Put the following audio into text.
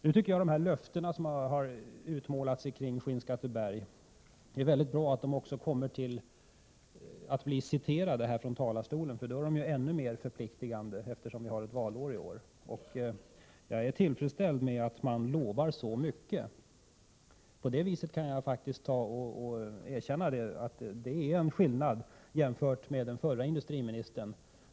Jag tycker att det är väldigt bra att de löften som givits beträffande Skinnskatteberg upprepas från talarstolen. Då blir det ännu mera förpliktande, eftersom det är valår. Jag är tillfredsställd med att man lovar så mycket. Jag kan faktiskt erkänna att det är en skillnad nu jämfört med den förra industriministern.